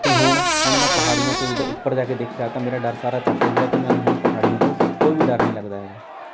ਅਤੇ ਹੁਣ ਹੁਣ ਮੈਂ ਜਦੋਂ ਪਹਾੜੀਆਂ ਤੋਂ ਜਦੋਂ ਉੱਪਰ ਜਾ ਕੇ ਦੇਖਿਆ ਤਾਂ ਮੇਰਾ ਡਰ ਸਾਰਾ ਚੱਕ ਹੋ ਗਿਆ ਅਤੇ ਮੈਨੂੰ ਹੁਣ ਪਹਾੜੀਆਂ ਤੋਂ ਕੋਈ ਵੀ ਡਰ ਨਹੀਂ ਲੱਗਦਾ ਹੈਗਾ